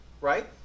Right